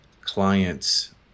clients